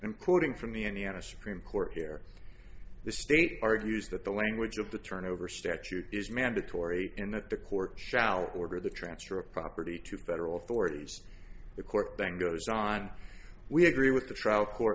quoting from the ne end of supreme court here the state argues that the language of the turnover statute is mandatory in that the court shall order the transfer of property to federal authorities the court thing goes on we agree with the trial court